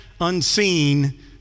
unseen